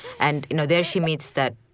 and you know there she meets that.